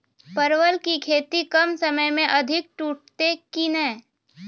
परवल की खेती कम समय मे अधिक टूटते की ने?